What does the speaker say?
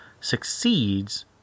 succeeds